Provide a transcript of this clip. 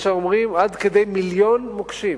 יש האומרים עד כדי מיליון מוקשים,